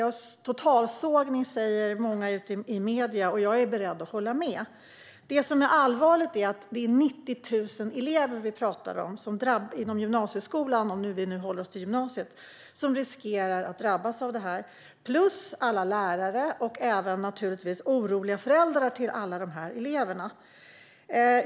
En totalsågning, säger många i medierna, och jag är beredd att hålla med. Vi talar om 90 000 elever inom gymnasieskolan som riskerar att drabbas av detta - plus alla lärare och givetvis oroliga föräldrar till alla dessa elever.